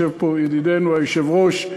יושב פה ידידנו היושב-ראש,